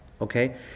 okay